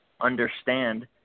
understand